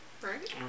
Right